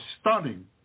stunning